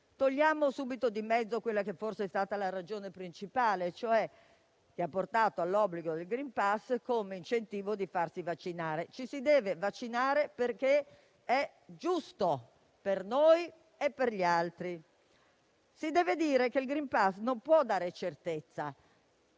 Togliamo subito di mezzo quella che forse è stata la ragione principale che ha portato all'obbligo di *green pass*, cioè l'incentivo alla vaccinazione. Ci si deve vaccinare perché è giusto, per noi e per gli altri. Si deve dire che il *green pass* non può dare certezza,